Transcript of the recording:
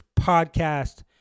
podcast